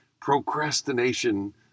procrastination